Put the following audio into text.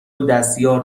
دستیار